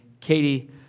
Katie